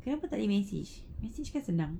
kenapa tak boleh message message kan senang